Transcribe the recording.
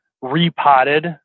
repotted